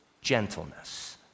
gentleness